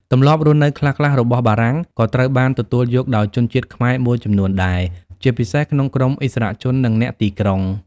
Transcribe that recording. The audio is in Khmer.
ទម្លាប់រស់នៅខ្លះៗរបស់បារាំង ក៏ត្រូវបានទទួលយកដោយជនជាតិខ្មែរមួយចំនួនដែរ ជាពិសេសក្នុងក្រុមឥស្សរជន និងអ្នកទីក្រុង។